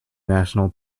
national